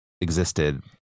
existed